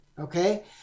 Okay